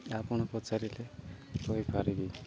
ଆପଣ ପଚାରିଲେ କହିପାରିବେ